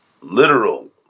literal